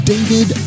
David